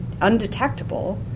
undetectable